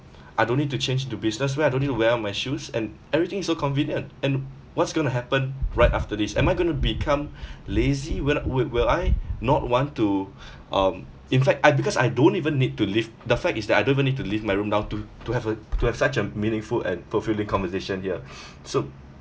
I don't need to change into business where I don't need to wear all my shoes and everything is so convenient and what's going to happen right after this am I going to become lazy will will will I not want to um in fact I because I don't even need to leave the fact is that I don't even need to leave my room now to to have a to have such a meaningful and fulfilling conversation here so